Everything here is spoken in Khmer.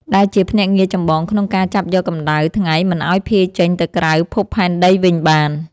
ដែលជាភ្នាក់ងារចម្បងក្នុងការចាប់យកកម្ដៅថ្ងៃមិនឱ្យភាយចេញទៅក្រៅភពផែនដីវិញបាន។